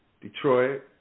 Detroit